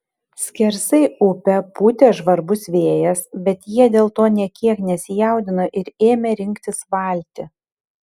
skersai upę pūtė žvarbus vėjas bet jie dėl to nė kiek nesijaudino ir ėmė rinktis valtį